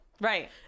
Right